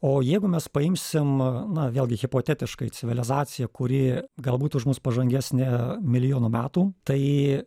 o jeigu mes paimsim na vėlgi hipotetiškai civilizaciją kuri galbūt už mus pažangesnė milijonu metų tai